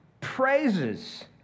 praises